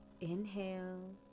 inhale